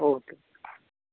okay